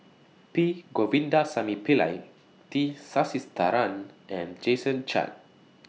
P Govindasamy Pillai T Sasitharan and Jason Chan